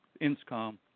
INSCOM